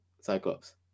Cyclops